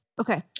Okay